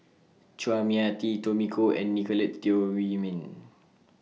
Chua Mia Tee Tommy Koh and Nicolette Teo Wei Min